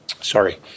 sorry